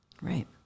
Right